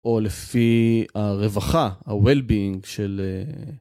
או לפי הרווחה, ה-Well-being של...